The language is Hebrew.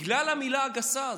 בגלל המילה הגסה הזאת.